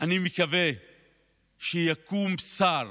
אני מקווה שיקום שר,